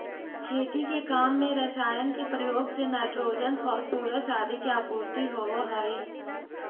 खेती के काम में रसायन के प्रयोग से नाइट्रोजन, फॉस्फोरस आदि के आपूर्ति होवऽ हई